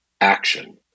action